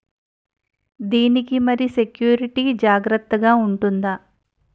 దీని కి మరి సెక్యూరిటీ జాగ్రత్తగా ఉంటుందా?